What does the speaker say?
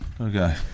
Okay